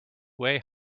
way